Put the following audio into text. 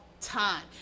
time